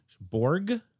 borg